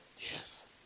Yes